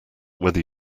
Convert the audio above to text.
whether